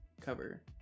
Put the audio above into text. Cover